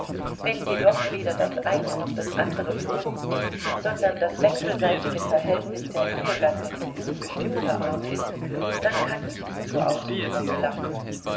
wenn jedoch weder das eine noch das andere vorliegt sondern das wechselseitige verhältnis der ehegatten von unbestimmter art ist dann kann nichts zur ausführung gelangen